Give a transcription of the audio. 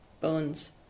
bones